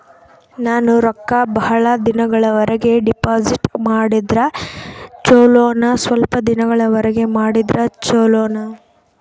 ನಾನು ರೊಕ್ಕ ಬಹಳ ದಿನಗಳವರೆಗೆ ಡಿಪಾಜಿಟ್ ಮಾಡಿದ್ರ ಚೊಲೋನ ಸ್ವಲ್ಪ ದಿನಗಳವರೆಗೆ ಮಾಡಿದ್ರಾ ಚೊಲೋನ?